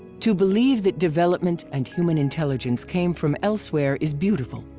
to believe that development and human intelligence came from elsewhere is beautiful,